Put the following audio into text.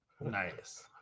nice